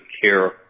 care